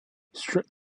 strict